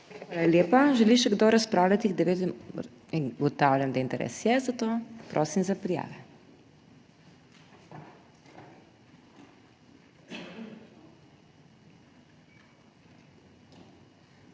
Hvala lepa. Želi še kdo razpravljati? Ugotavljam, da interes za to je. Prosim za prijave.